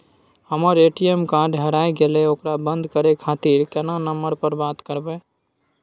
हमर ATM card हेराय गेले ओकरा बंद करे खातिर केना नंबर पर बात करबे?